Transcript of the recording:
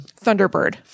Thunderbird